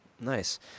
Nice